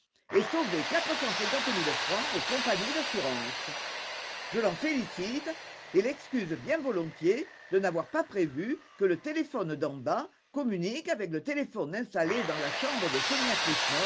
et sauvé quatre cent cinquante mille francs aux compagnies d'assurances je l'en félicite et l'excuse bien volontiers de n'avoir pas prévu que le téléphone d'en bas communique avec le téléphone installé dans la chambre de sonia